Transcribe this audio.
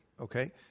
Okay